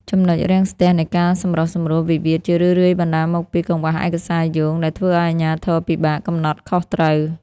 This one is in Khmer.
ចំណុចរាំងស្ទះនៃការសម្រុះសម្រួលវិវាទ ជារឿយៗបណ្តាលមកពី "កង្វះឯកសារយោង" ដែលធ្វើឱ្យអាជ្ញាធរពិបាកកំណត់ខុសត្រូវ។